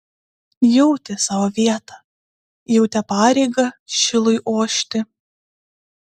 jautė savo vietą jautė pareigą šilui ošti